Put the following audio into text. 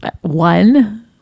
one